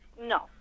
No